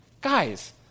Guys